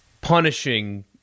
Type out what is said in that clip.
punishing